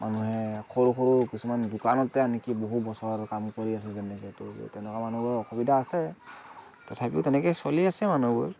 মানুহে সৰু সৰু কিছুমান দোকানতে আনকি বহু বছৰ কাম কৰি আছে যেনেকৈ ত' তেনেকুৱা মানুহবোৰৰ অসুবিধা আছে তথাপিও তেনেকৈ চলি আছে মানুহবোৰ